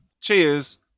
Cheers